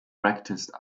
practiced